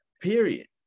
Period